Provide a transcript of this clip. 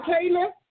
Taylor